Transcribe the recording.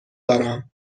دارم